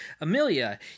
Amelia